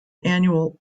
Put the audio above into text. annual